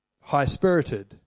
high-spirited